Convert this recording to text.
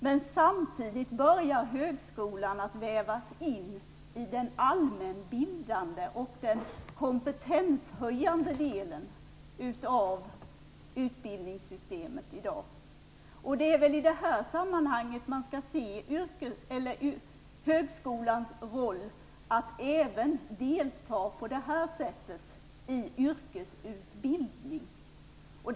Men samtidigt börjar högskolan att vävas in i den allmänbildande och den kompetenshöjande delen av utbildningssystemet i dag. Det är i detta sammanhang man skall se högskolans roll att även delta på detta sätt i yrkesutbildning.